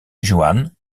juan